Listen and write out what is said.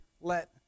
let